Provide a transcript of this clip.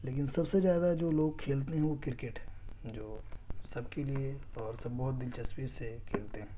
لیکن سب سے زیادہ جو لوگ کھیلتے ہیں وہ کرکٹ ہے جو سب کے لیے اور سب بہت دلچسپی سے کھیلتے ہیں